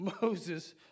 Moses